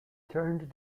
turned